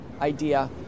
idea